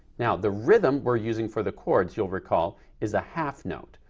now the rhythm we're using for the chords you'll recall is a half note.